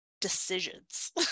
decisions